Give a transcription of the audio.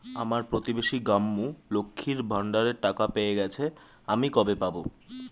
আমার প্রতিবেশী গাঙ্মু, লক্ষ্মীর ভান্ডারের টাকা পেয়ে গেছে, আমি কবে পাব?